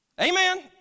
Amen